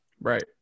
Right